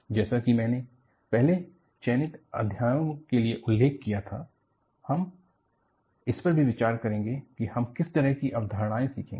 जैसा कि मैंने पहले चयनित अध्ययनों के लिए उल्लेख किया था हम इस पर भी विचार करेंगे कि हम किस तरह की अवधारणाएं सीखेंगे